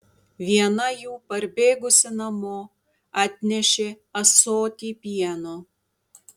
viena jų parbėgusi namo atnešė ąsotį pieno